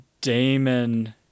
Damon